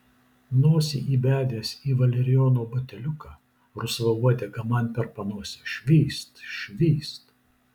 nosį įbedęs į valerijono buteliuką rusva uodega man per panosę švyst švyst